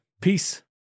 Peace